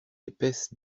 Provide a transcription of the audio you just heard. épaisse